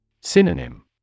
Synonym